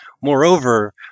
Moreover